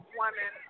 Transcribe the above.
woman